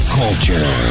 culture